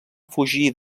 fugir